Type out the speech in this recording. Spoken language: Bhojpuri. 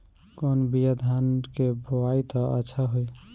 कौन बिया धान के बोआई त अच्छा होई?